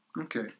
Okay